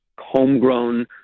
homegrown